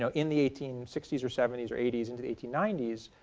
so in the eighteen sixty s or seventy s or eighty s into the eighteen ninety s